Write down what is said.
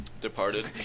Departed